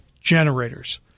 generators